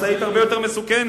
המשאית הרבה יותר מסוכנת.